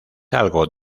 algo